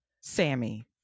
Sammy